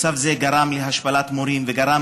מצב זה גרם להשפלת מורים וגרם